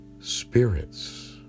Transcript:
spirits